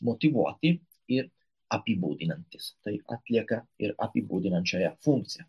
motyvuoti ir apibūdinantys tai atlieka ir apibūdinančiąją funkciją